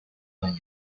日本